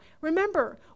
remember